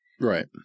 right